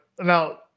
now